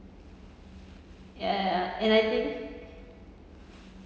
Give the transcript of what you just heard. ya and I think